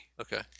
Okay